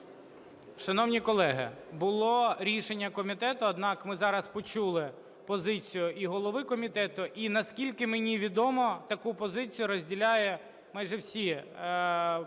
Шановні колеги, було рішення комітету, однак ми зараз почули позицію і голови комітету, і, наскільки мені відомо, таку позицію розділяють майже всі